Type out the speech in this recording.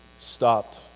stopped